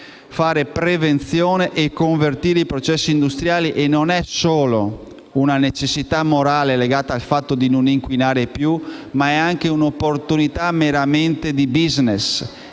fare prevenzione e di convertire i processi industriali e non è solo una necessità morale legata al fatto di non inquinare più, ma è anche una opportunità di *business*.